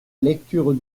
lecture